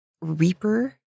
Reaper